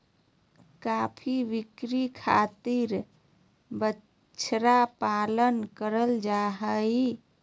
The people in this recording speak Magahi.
बीफ बिक्री खातिर बछड़ा पालन करल जा हय